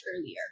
earlier